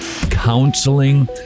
counseling